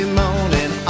morning